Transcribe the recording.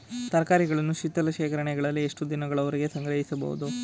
ತರಕಾರಿಗಳನ್ನು ಶೀತಲ ಶೇಖರಣೆಗಳಲ್ಲಿ ಎಷ್ಟು ದಿನಗಳವರೆಗೆ ಸಂಗ್ರಹಿಸಬಹುದು?